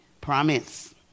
Promise